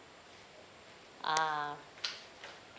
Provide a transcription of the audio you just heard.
ah